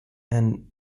and